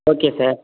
okay sir